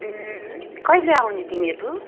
कहिले आउने तिमीहरू